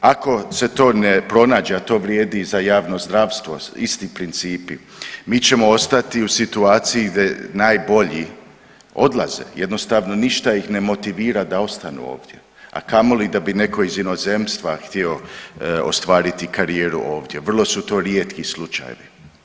Ako se to ne pronađe, a to vrijedi i za javno zdravstvo, isti principi, mi ćemo ostati u situaciji gdje najbolji odlaze, jednostavno ništa ih ne motivira da ostanu ovdje, a kamoli da bi netko iz inozemstva htio ostvariti karijeru ovdje, vrlo su to rijetki slučajevi.